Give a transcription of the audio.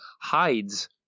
hides